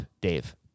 Dave